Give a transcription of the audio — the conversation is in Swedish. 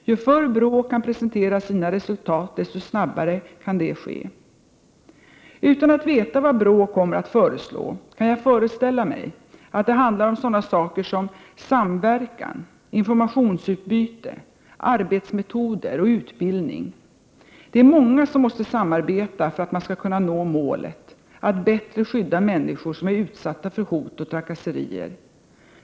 Ju förr BRÅ kan presentera sina resultat, desto snabbare kan detta ske. Utan att veta vad BRÅ kommer att föreslå, kan jag föreställa mig att det handlar om sådana saker som samverkan, informationsutbyte, arbetsmetoder och utbildning. Det är många som måste samarbeta för att man skall kunna nå målet: att bättre skydda människor som är utsatta för hot och trakasserier.